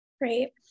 Great